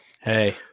hey